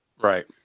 Right